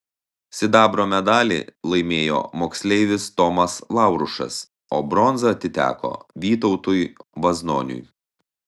sidabro medalį laimėjo moksleivis tomas laurušas o bronza atiteko vytautui vaznoniui